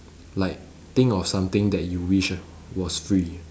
like think of something that you wish was free